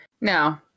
No